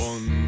One